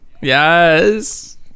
Yes